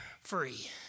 free